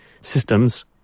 systems